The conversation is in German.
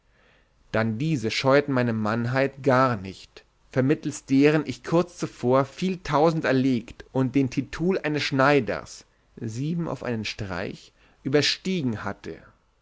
dann diese scheueten meine mannheit gar nicht vermittelst deren ich kurz zuvor viel tausend erlegt und den titul eines schneiders sieben auf einen streich überstiegen hatte